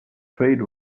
trade